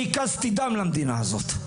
אני הקזתי דם למדינה הזאת.